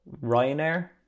Ryanair